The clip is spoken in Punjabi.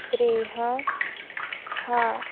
ਰਿਹਾ ਹਾਂ